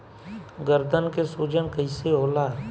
गर्दन के सूजन कईसे होला?